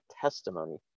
testimony